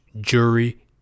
jury